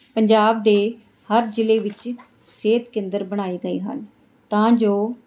ਪੰਜਾਬ ਦੇ ਹਰ ਜ਼ਿਲ੍ਹੇ ਵਿੱਚ ਸਿਹਤ ਕੇਂਦਰ ਬਣਾਏ ਗਏ ਹਨ ਤਾਂ ਜੋ